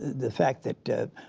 the fact that